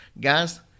guys